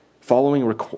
Following